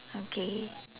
okay